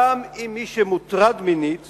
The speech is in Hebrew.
גם אם מי שמוטרד מינית